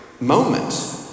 moment